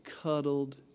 cuddled